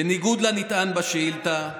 בניגוד לנטען בשאילתה,